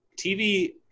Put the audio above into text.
TV